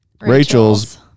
Rachel's